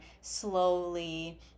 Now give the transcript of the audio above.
Slowly